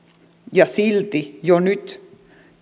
ja silti jo nyt